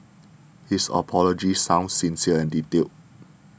his apology sounded sincere and detailed